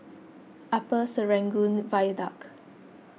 Upper Serangoon Viaduct